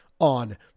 on